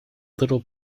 little